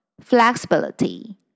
Flexibility